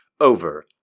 over